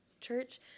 church